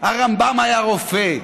רמב"ם היה רופא.